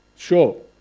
Sure